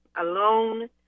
alone